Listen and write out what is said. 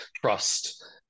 trust